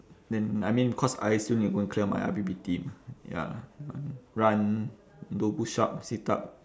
then I mean cause I still need to go and clear my I_P_P_T ya run do push up sit up